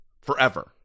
forever